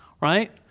right